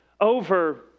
over